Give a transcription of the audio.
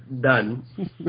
Done